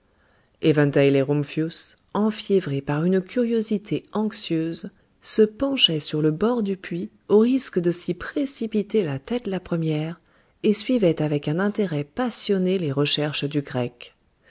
et rumphius enfiévrés par une curiosité anxieuse se penchaient sur le bord du puits au risque de s'y précipiter la tête la première et suivaient avec un intérêt passionné les recherches du grec